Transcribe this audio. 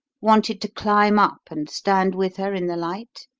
wanted to climb up and stand with her in the light?